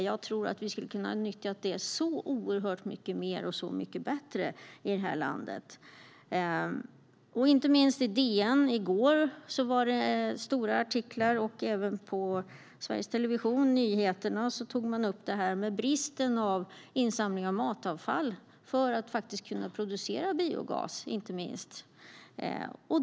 Jag tror att vi skulle kunna nyttja den oerhört mycket mer och bättre här i landet. Det var stora artiklar om det i DN i går, och även Sveriges Televisions nyheter tog upp bristen på insamlat matavfall för att producera biogas.